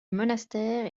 monastère